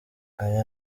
aya